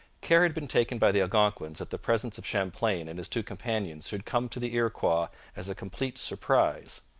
care had been taken by the algonquins that the presence of champlain and his two companions should come to the iroquois as a complete surprise.